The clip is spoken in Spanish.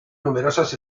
numerosas